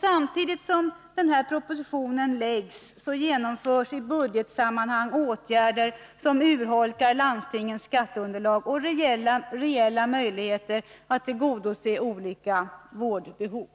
Samtidigt som den här propositionen läggs fram genomförs i budgetsammanhang åtgärder som urholkar landstingens skatteunderlag och reella möjligheter att tillgodose olika vårdbehov.